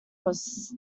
was